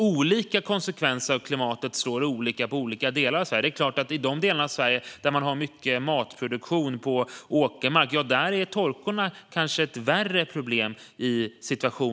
Olika konsekvenser av klimatet slår olika mot olika delar av Sverige. I de delar av Sverige där man har mycket matproduktion på åkermark är torkorna kanske ett värre problem.